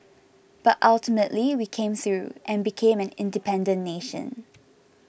but ultimately we came through and became an independent nation